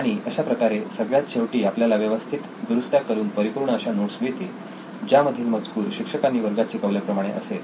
आणि अशाप्रकारे सगळ्यात शेवटी आपल्याला व्यवस्थित दुरुस्त्या करून परिपूर्ण अशा नोट्स मिळतील ज्या मधील मजकूर शिक्षकांनी वर्गात शिकवल्या प्रमाणे असेल